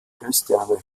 christiane